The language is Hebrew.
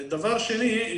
ודבר שני,